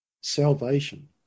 salvation